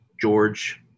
George